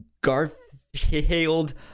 Garfield